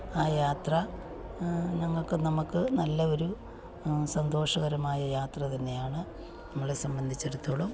ആ യാത്ര ഞങ്ങൾക്ക് നമുക്ക് നല്ല ഒരു സന്തോഷകരമായ യാത്ര തന്നെയാണ് നമ്മളെ സംബന്ധിച്ചിടത്തോളം